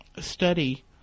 study